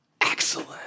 Excellent